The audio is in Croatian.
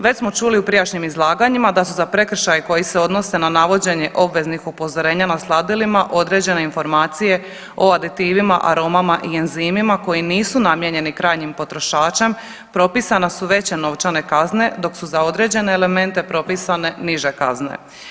Već smo čuli u prijašnjim izlaganjima da su za prekršaje koji se odnose na navođenje obveznih upozorenja na sladilima određene informacije o aditivima, aromama i enzimima koji nisu namijenjeni krajnjim potrošačem propisane su veće novčane kazne, dok su za određene elemente propisane niže kazne.